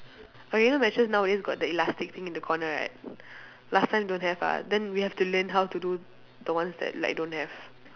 okay you know mattress nowadays got the elastic thing in the corner right last time don't have ah then we have to learn how to do the ones that like don't have